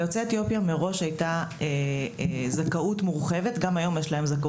ליוצאי אתיופיה הייתה זכאות מורחבת וגם היום זה כך.